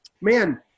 man